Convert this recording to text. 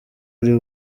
uri